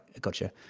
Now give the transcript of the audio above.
Gotcha